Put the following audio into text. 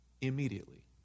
immediately